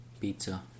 pizza